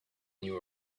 new